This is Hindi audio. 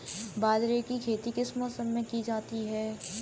बाजरे की खेती किस मौसम में की जाती है?